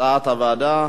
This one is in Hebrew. כהצעת הוועדה,